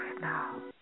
now